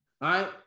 right